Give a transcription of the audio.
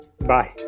Bye